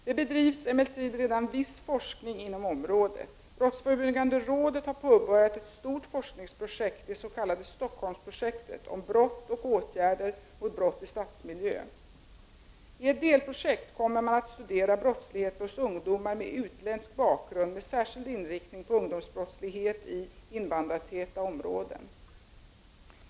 Det bedrivs emellertid redan viss forskning inom området. Brottsförebyggande rådet har påbörjat ett stort forskningsprojekt, det s.k. Stockholmsprojektet, om brott och åtgärder mot brott i stadsmiljö. I ett delprojekt kommer man att studera brottsligheten hos ungdomar med utländsk bakgrund med särskild inriktning på ungdomsbrottslighet i invandrartäta områden.